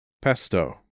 Pesto